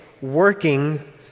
working